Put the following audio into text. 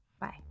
Bye